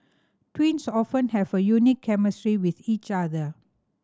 twins often have a unique chemistry with each other